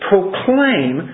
Proclaim